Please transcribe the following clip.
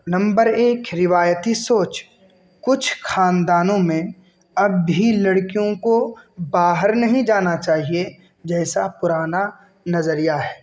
number ایک روایتی سوچ کچھ خاندانوں میں اب بھی لڑکیوں کو باہر نہیں جانا چاہیے جیسا پرانا نظریہ ہے